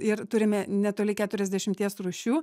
ir turime netoli keturiasdešimties rūšių